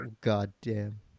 goddamn